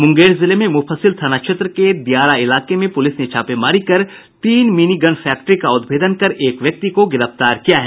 मुंगेर जिले में मुफस्सिल थाना क्षेत्र के दियारा इलाके में पुलिस ने छापेमारी कर तीन मिनी गन फैक्ट्री का उद्भेदन कर एक व्यक्ति को गिरफ्तार किया है